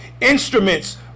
instruments